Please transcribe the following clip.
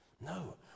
No